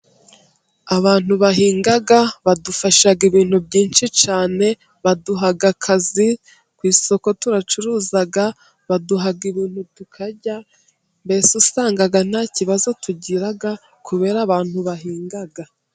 Abantu bahinga badufasha ibintu byinshi cyane baduha akazi, ku isoko turacuruza baduha ibintu tukarya mbese usanga nta kibazo tugira kubera abantu bahinga.